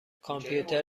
کامپیوتر